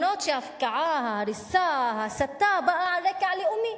גם אם ההפקעה, ההריסה, ההסתה, באה על רקע לאומי